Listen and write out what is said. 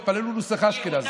התפללו נוסח אשכנז,